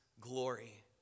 glory